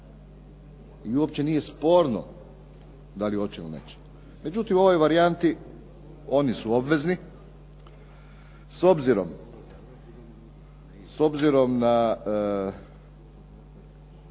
i uopće nije sporno da li hoće ili neće. Međutim, u ovoj varijanti oni su obvezni s obzirom na